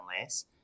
less